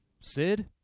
Sid